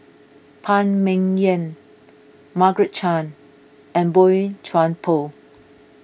Phan Ming Yen Margaret Chan and Boey Chuan Poh